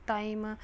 time